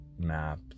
map